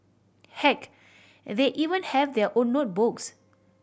heck they even have their own notebooks